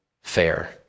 fair